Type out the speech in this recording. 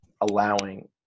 allowing